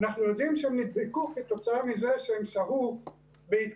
אנחנו יודעים שהם נדבקו כתוצאה מזה שהם שהו בהתקהלויות,